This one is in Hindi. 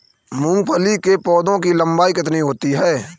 मूंगफली के पौधे की लंबाई कितनी होती है?